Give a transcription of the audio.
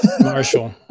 Marshall